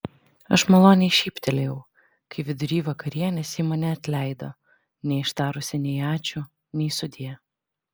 aš maloniai šyptelėjau kai vidury vakarienės ji mane atleido neištarusi nei ačiū nei sudie